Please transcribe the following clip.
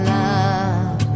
love